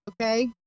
okay